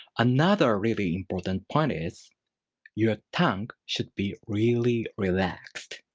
another really important point is your tongue should be really relaxed.